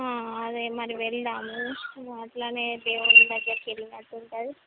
అదే మరి వెళ్దాము అలానే దేవుడి దగ్గరకి వెళ్ళినట్టు ఉంటుంది